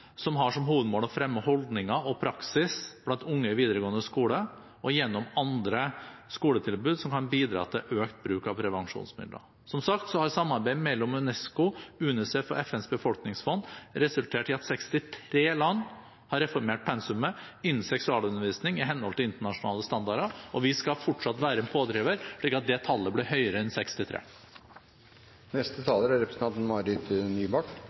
som har som hovedmål å fremme holdninger og praksis blant unge i videregående skole, og gjennom andre skoletilbud som kan bidra til økt bruk av prevensjonsmidler. Som sagt har samarbeidet mellom UNESCO, UNICEF og FNs befolkningsfond resultert i at 63 land har reformert pensumet innen seksualundervisning, i henhold til internasjonale standarder. Vi skal fortsatt være en pådriver, slik at dette tallet blir høyere enn